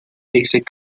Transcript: basic